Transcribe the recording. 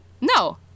No